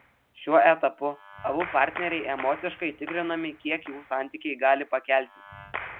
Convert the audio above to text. šiuo etapu abu partneriai emociškai tikrinami kiek jų santykiai gali pakelti